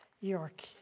York